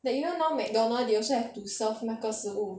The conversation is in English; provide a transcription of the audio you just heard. that you know now McDonald's they also have to serve 那个食物